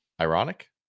ironic